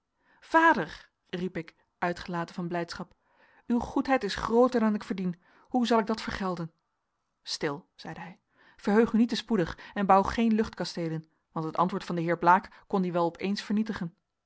vader riep ik uitgelaten van blijdschap uw goedheid is grooter dan ik verdien hoe zal ik dat vergelden stil zeide hij verheug u niet te spoedig en bouw geen luchtkasteelen want het antwoord van den heer blaek kon die wel opeens vernietigen